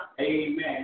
Amen